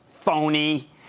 phony